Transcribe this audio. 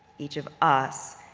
each of us,